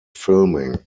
filming